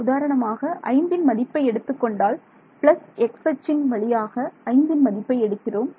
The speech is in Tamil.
உதாரணமாக ஐந்தின் மதிப்பை எடுத்துக்கொண்டால் பிளஸ் x அச்சின் வழியாக ஐந்தின் மதிப்பை எடுக்கிறோம்